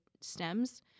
stems